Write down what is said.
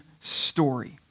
story